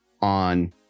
on